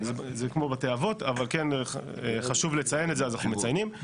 זה כמו בתי אבות אבל חשוב לציין את זה אז אנחנו מציינים.